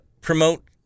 promote